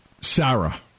Sarah